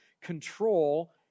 control